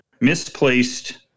Misplaced